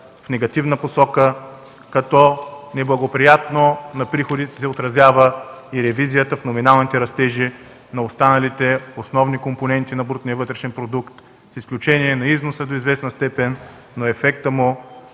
в негативна посока, като неблагоприятно на приходите се отразява и ревизията в номиналните растежи на останалите основни компоненти на брутния вътрешен продукт, с изключение на износа до известна степен, но ефектът му